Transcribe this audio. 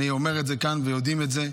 ואני אומר את זה כאן, ויודעים את זה,